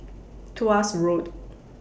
Tuas Road